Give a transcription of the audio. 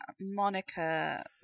Monica